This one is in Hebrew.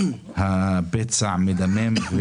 הפצע מדמם.